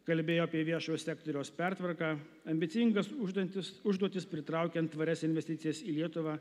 kalbėjo apie viešojo sektoriaus pertvarką ambicingas uždantis užduotis pritraukiant tvarias investicijas į lietuvą